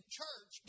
church